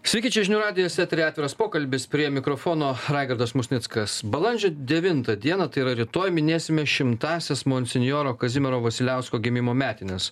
sveiki čia žinių radijas eteryje atviras pokalbis prie mikrofono raigardas musnickas balandžio devintą dieną tai yra rytoj minėsime šimtąsias monsinjoro kazimiero vasiliausko gimimo metines